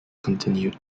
continued